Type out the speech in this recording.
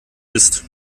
ist